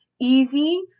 easy